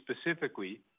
specifically